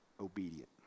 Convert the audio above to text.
obedient